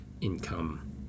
income